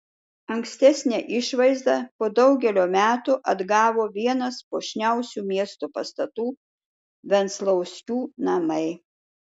ankstesnę išvaizdą po daugelio metų atgavo vienas puošniausių miesto pastatų venclauskių namai